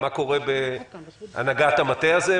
מה קורה בהנהגת המטה הזה.